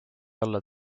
olla